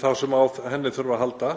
þá sem á henni þurfa að halda